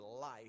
life